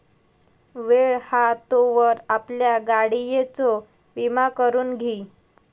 वेळ हा तोवर आपल्या गाडियेचो विमा करून घी